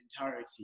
entirety